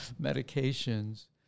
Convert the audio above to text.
medications